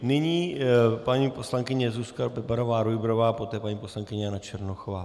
Nyní paní poslankyně Zuzka BebarováRujbrová, poté paní poslankyně Jana Černochová.